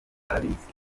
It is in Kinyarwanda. arabizi